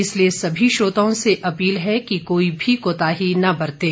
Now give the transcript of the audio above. इसलिए सभी श्रोताओं से अपील है कि कोई भी कोताही न बरतें